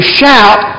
shout